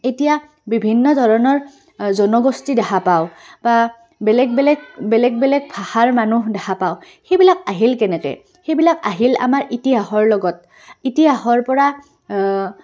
এতিয়া বিভিন্ন ধৰণৰ জনগোষ্ঠী দেখা পাওঁ বা বেলেগ বেলেগ বেলেগ বেলেগ ভাষাৰ মানুহ দেখা পাওঁ সেইবিলাক আহিল কেনেকৈ সেইবিলাক আহিল আমাৰ ইতিহাসৰ লগত ইতিহাসৰপৰা